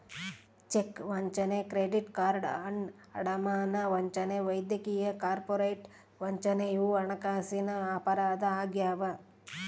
check ವಂಚನೆ credit card ಅಡಮಾನ ವಂಚನೆ ವೈದ್ಯಕೀಯ ಕಾರ್ಪೊರೇಟ್ ವಂಚನೆ ಇವು ಹಣಕಾಸಿನ ಅಪರಾಧ ಆಗ್ಯಾವ